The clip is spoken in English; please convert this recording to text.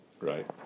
right